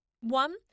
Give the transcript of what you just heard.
one